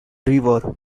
river